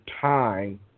time